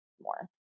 more